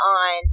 on